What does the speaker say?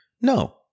No